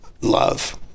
love